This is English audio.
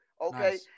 Okay